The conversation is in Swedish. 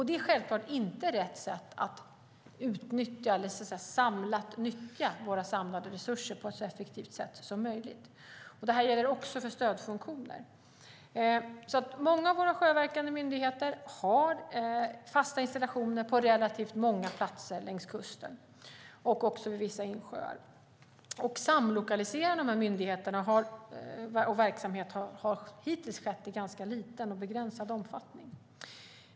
Det är självklart inte rätt sätt att nyttja våra samlade resurser på ett så effektivt sätt som möjligt. Det gäller också för stödfunktioner. Många av våra sjöverkande myndigheter har fasta installationer på relativt många platser längs kusten och vid vissa insjöar. En samlokalisering av verksamheten vid dessa myndigheter har hittills skett i liten och begränsad omfattning.